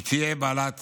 תהיה בעלת